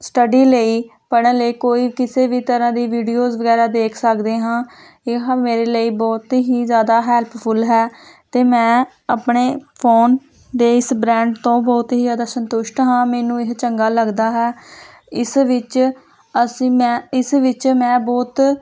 study ਲਈ ਪੜ੍ਹਨ ਲਈ ਕੋਈ ਕਿਸੇ ਵੀ ਤਰ੍ਹਾਂ ਦੀ ਵੀਡੀਓਜ਼ ਵਗੈਰਾ ਦੇਖ ਸਕਦੇ ਹਾਂ ਇਹ ਮੇਰੇ ਲਈ ਬਹੁਤ ਹੀ ਜ਼ਿਆਦਾ ਹੈਲਪਫੁਲ ਹੈ ਅਤੇ ਮੈਂ ਆਪਣੇ ਫੋਨ ਦੇ ਇਸ ਬ੍ਰਾਂਡ ਤੋਂ ਬਹੁਤ ਹੀ ਜ਼ਿਆਦਾ ਸੰਤੁਸ਼ਟ ਹਾਂ ਮੈਨੂੰ ਇਹ ਚੰਗਾ ਲੱਗਦਾ ਹੈ ਇਸ ਵਿੱਚ ਅਸੀਂ ਮੈਂ ਇਸ ਵਿੱਚ ਮੈਂ ਬਹੁਤ